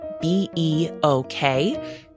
B-E-O-K